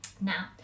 Now